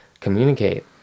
communicate